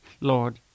Lord